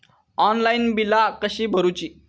Online बिला कशी भरूची?